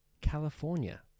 California